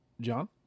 John